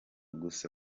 gusa